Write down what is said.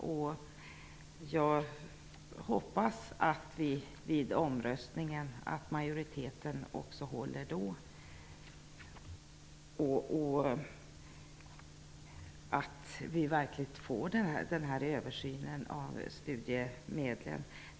Jag hoppas att majoriteten håller också vid omröstningen och att vi verkligen får den här översynen av studeimedlen.